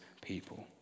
people